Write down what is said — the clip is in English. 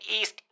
East